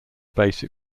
basic